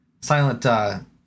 silent